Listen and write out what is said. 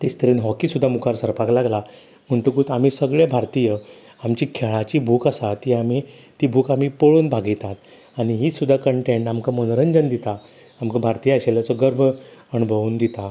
तेच तरेन हॉकी सुद्दां मुखार सरपाक लागला म्हणटुकूत आमी सगले भारतीय आमची खेळाची भूख आसा ती आमी ती भूख आमी पळोवन भागयता आनी ही सुद्दां कंटेट आमकां मनोरंजन दिता आमकां भारतीय आशिल्ल्याचो गर्व अणभवून दिता